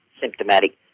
symptomatic